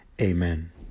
Amen